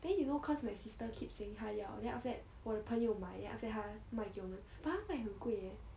then you know cause my sister keep saying 她要 then after that 我的朋友买 then after that 他卖给我们 but 他卖很贵耶